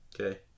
Okay